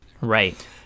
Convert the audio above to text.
Right